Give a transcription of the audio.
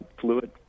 fluid